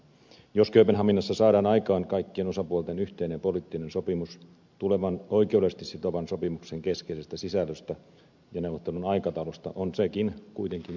jos kööpenhaminassa saadaan aikaan kaikkien osapuolten yhteinen poliittinen sopimus tulevan oikeudellisesti sitovan sopimuksen keskeisestä sisällöstä ja neuvottelun aikataulusta on sekin kuitenkin jokin toivon merkki